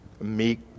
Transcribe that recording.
Meek